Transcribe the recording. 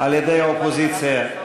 על-ידי האופוזיציה.